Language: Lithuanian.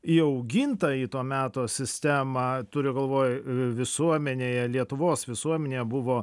įauginta į to meto sistemą turiu galvoj visuomenėj lietuvos visuomenėje buvo